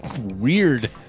Weird